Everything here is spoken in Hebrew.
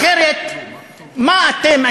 אחרת מה אתם,